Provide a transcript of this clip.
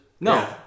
No